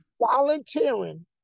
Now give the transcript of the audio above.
volunteering